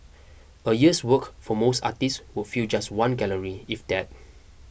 a year's work for most artists would fill just one gallery if that